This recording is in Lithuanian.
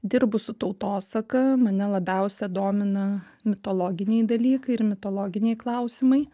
dirbu su tautosaka mane labiausia domina mitologiniai dalykai ir mitologiniai klausimai